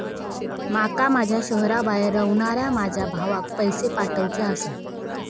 माका माझ्या शहराबाहेर रव्हनाऱ्या माझ्या भावाक पैसे पाठवुचे आसा